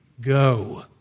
Go